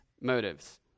motives